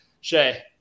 Shay